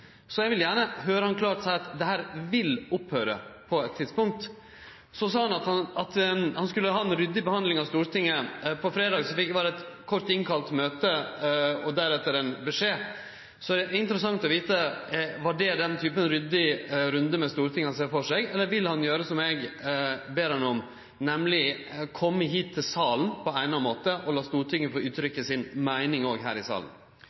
Eg vil gjerne høyre han klart seie at dette vil opphøyre på eit tidspunkt. Så sa han at han skulle ha ei ryddig behandling i Stortinget. På fredag var det eit kort innkalla møte og deretter ein beskjed. Så det er interessant å vite: Er det den typen ryddig runde med Stortinget han ser for seg, eller vil han gjere som eg ber han om, nemleg kome hit til salen på eigna måte og la Stortinget få uttrykke si meining òg her i salen?